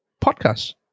podcast